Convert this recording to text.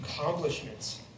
accomplishments